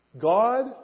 God